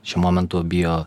šiuo momentu bio